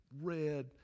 red